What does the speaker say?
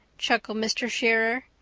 chuckled mr. shearer.